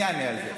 אני אענה על זה.